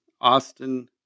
Austin